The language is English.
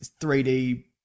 3D